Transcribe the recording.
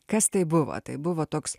kas tai buvo tai buvo toks